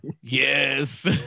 Yes